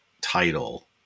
title